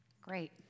great